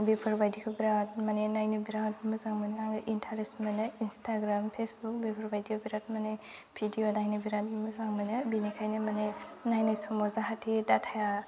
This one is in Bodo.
बेफोरबायदिखौ बिरात माने नायनो बिरात मोजां मोनो आङो इन्थारेस्ट मोनो इन्सटाग्राम फेसबुक बेफोरबायदियाव बिरात माने भिडिय' नायनो बिरात मोजां मोनो बेनिखायनो माने नायनाय समाव जाहाथे डाटाया